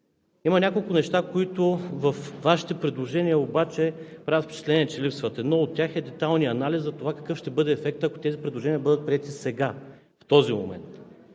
Има няколко неща, които обаче във Вашите предложения правят впечатление, че липсват. Едно от тях е детайлният анализ за това какъв ще бъде ефектът, ако тези предложения бъдат приети сега, в този момент.